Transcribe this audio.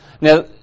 Now